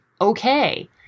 okay